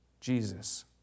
Jesus